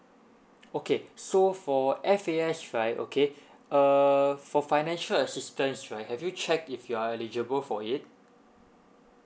okay so for F_A_S right okay err for financial assistance right have you check if you are eligible for it